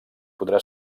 podrà